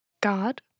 god